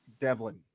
Devlin